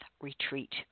retreat